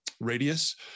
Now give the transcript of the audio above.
radius